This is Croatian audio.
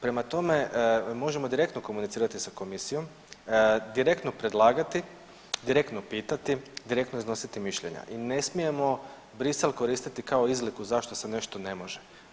Prema tome, možemo direktno komunicirati sa Komisijom, direktno predlagati, direktno pitati, direktno iznositi mišljenja i ne smijemo Bruxelles koristiti kao izliku zašto se nešto ne može.